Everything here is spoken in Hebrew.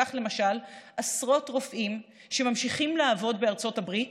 כך, למשל, עשרות רופאים שממשיכים לעבוד בארה"ב